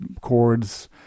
Chords